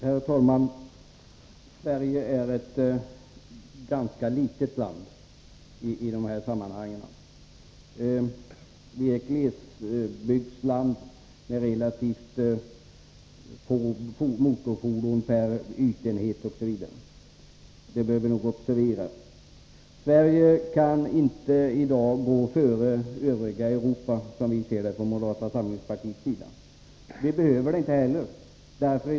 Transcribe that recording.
Herr talman! Sverige är ett ganska litet land i dessa sammanhang. Vi är ett glesbygdsland med relativt få motorfordon per ytenhet osv., och det bör vi nog observera. Sverige kan i dag inte gå före det övriga Europa, såsom vi ser det i moderata samlingspartiet. Vi behöver inte heller göra det.